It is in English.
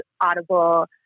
audible